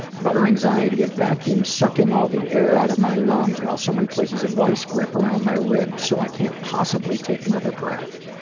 but her anxiety a vacuum sucking all the air out of my lungs while someone places a vice-grip around my ribs so i can't possibly take another breath.